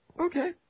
Okay